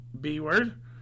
B-word